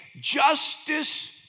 Justice